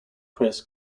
press